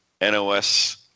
NOS